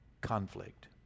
conflict